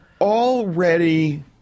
already